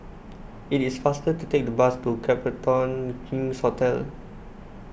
it is faster to take the bus to Copthorne King's Hotel